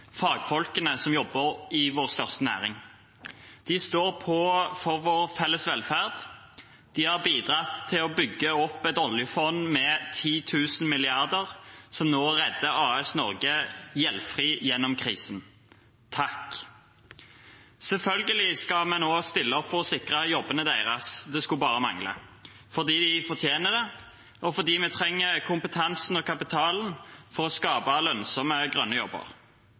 står på for vår felles velferd, de har bidratt til å bygge opp et oljefond med 10 000 mrd. kr som nå redder AS Norge gjeldfri gjennom krisen. Takk! Selvfølgelig skal vi nå stille opp for å sikre jobbene deres, det skulle bare mangle, fordi de fortjener det og fordi vi trenger kompetansen og kapitalen for å skape lønnsomme grønne jobber.